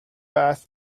bath